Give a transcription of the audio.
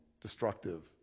destructive